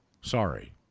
Sorry